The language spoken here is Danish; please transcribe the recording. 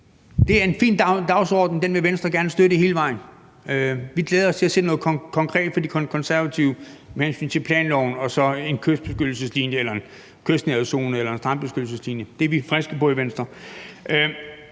Det er en fin dagsorden. Den vil Venstre gerne støtte hele vejen. Vi glæder os til at se noget konkret fra De Konservative med hensyn til planloven og så en kystbeskyttelseslinje eller en kystnærhedszone eller en strandbeskyttelseslinje. Det er vi friske på i Venstre.